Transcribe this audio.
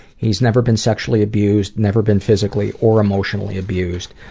he's never been sexually abused, never been physically or emotionally abused.